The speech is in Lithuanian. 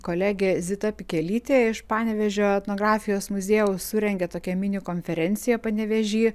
kolegė zita pikelytė iš panevėžio etnografijos muziejaus surengė tokią mini konferenciją panevėžy